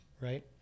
right